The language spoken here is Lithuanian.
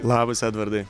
labas edvardai